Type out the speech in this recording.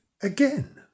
again